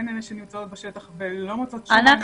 הן אלה שנמצאות בשטח ולא מוצאות שום מענה.